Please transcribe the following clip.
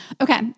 Okay